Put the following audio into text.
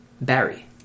Barry